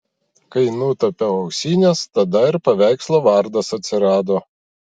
kai nutapiau ausines tada ir paveikslo vardas atsirado